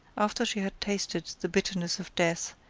after she had tasted the bitterness of death,